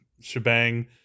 shebang